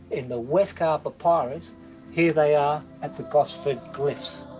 in the westcar but papyrus here they are at the gosford glyphs